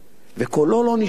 וקולו לא נשמע.